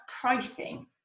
pricing